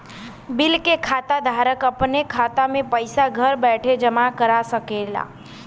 bill के खाता धारक अपने खाता मे पइसा घर बइठे जमा करा सकेला